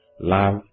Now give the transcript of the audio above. Love